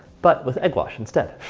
but with egg wash instead.